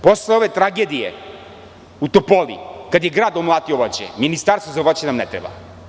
Posle ove tragedije u Topoli, kada je grad omlatio voće, ministarstvo za voće nam ne treba.